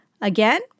Again